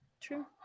True